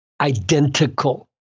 identical